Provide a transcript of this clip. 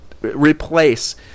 replace